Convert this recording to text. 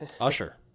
Usher